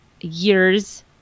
years